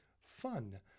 fun